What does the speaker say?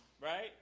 Right